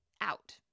out